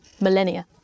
millennia